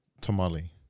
tamale